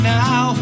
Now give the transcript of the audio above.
now